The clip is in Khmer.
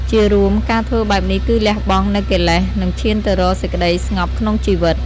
ជារួម ការធ្វើបែបនេះគឺលះបង់នូវកិលេស និងឈានទៅរកសេចក្តីស្ងប់ក្នុងជីវិត។